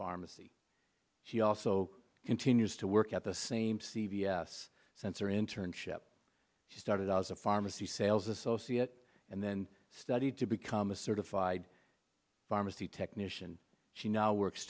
pharmacy she also in teen years to work at the same c v s sensor internship she started out as a pharmacy sales associate and then studied to become a certified pharmacy technician she now works